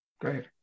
Great